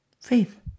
faith